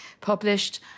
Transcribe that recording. published